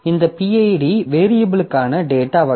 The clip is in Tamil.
இந்த pid வேரியபில்க்கான டேட்டா வகை